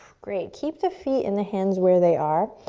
great. keep the feet and the hands where they are,